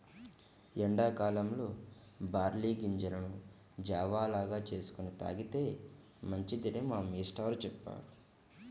ఎండా కాలంలో బార్లీ గింజలను జావ లాగా చేసుకొని తాగితే మంచిదని మా మేష్టారు చెప్పారు